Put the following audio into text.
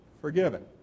forgiven